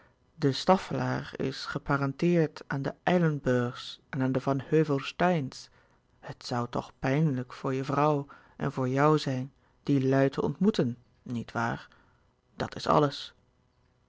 de staffelaer is geparenteerd aan de eilenburgs en aan de van heuvel steyns en het zoû toch pijnlijk voor je vrouw en voor jou zijn die lui te ontmoeten niet waar dat is alles